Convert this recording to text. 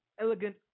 elegant